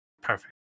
Perfect